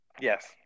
yes